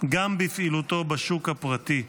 גם בפעילותו בשוק הפרטי.